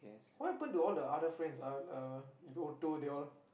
what happen to all the other friends ah the they all